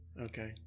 Okay